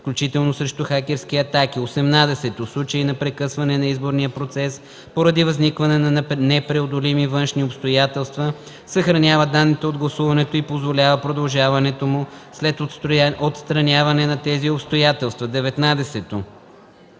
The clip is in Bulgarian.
включително срещу хакерски атаки; 18. в случай на прекъсване на изборния процес поради възникване на непреодолими външни обстоятелства, съхранява данните от гласуването и позволява продължаването му след отстраняване на тези обстоятелства; 19.